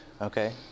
okay